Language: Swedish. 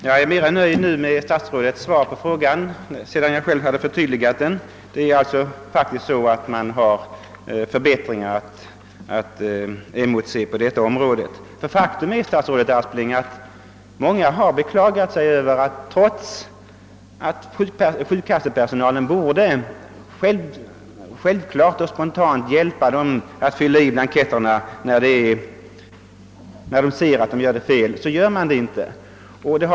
Herr talman! Nu är jag mera nöjd med statsrådets svar, sedan jag fått förtydliga min fråga, och jag noterar att en förbättring är att emotse på detta område. Ett faktum är nämligen, herr statsråd, att många människor har beklagat sig över att försäkringskassepersonalen inte alltid hjälper allmänheten att fylla i blanketterna på rätt sätt, trots att det borde vara självklart för den att göra det.